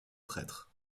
prêtres